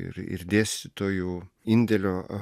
ir ir dėstytojų indėlio